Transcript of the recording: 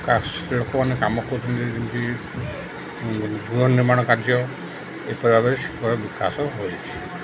ଲୋକମାନେ କାମ କରୁଛନ୍ତି ଯେମିତି ଗୃହ ନିର୍ମାଣ କାର୍ଯ୍ୟ ଏପରି ଭାବରେ ସେ ବିକାଶ ହୋଇଛି